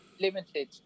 limited